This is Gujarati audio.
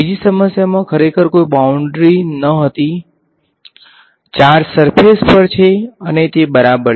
બીજી સમસ્યામાં ખરેખર કોઈ બાઉંડ્રી ન હતી ચાર્જ સર્ફેસ પર છે અને તે બરાબર છે